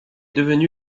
devenu